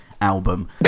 album